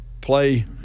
play